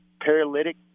paralytic